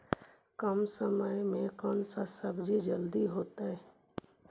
कम समय में कौन से सब्जी ज्यादा होतेई?